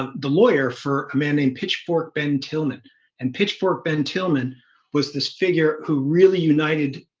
the lawyer for a man named pitchfork ben tillman and pitchfork ben tillman was this figure who really united?